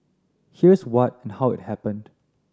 here's what and how it happened